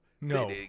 no